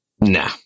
Nah